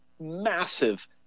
massive